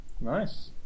Nice